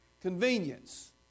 convenience